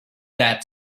that